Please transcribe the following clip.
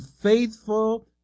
faithful